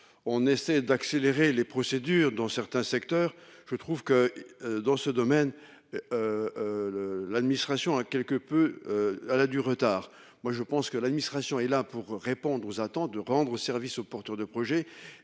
On essaie d'accélérer les procédures dans certains secteurs, je trouve que. Dans ce domaine. Le, l'administration a quelque peu à la du retard. Moi je pense que l'administration est là pour répondre aux attentes de rendre service aux porteurs de projets